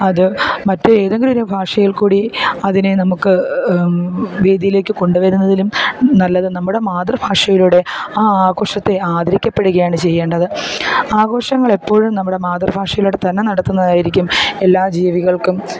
അത് മറ്റ് ഏതെങ്കിലും ഒരു ഭാഷയിൽ കൂ ടി അതിനെ നമുക്ക് വേദിയിലേക്ക് കൊണ്ടുവരുന്നതിലും നല്ലത് നമ്മുടെ മാതൃഭാഷയിലൂടെ ആ ആഘോഷത്തെ ആദരിക്കപ്പെടുകയാണ് ചെയ്യേണ്ടത് ആഘോഷങ്ങൾ എപ്പോഴും നമ്മുടെ മാതൃഭാഷയിലൂടെ തന്നെ നടത്തുന്നതായിരിക്കും എല്ലാ ജീവികൾക്കും